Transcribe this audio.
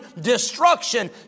destruction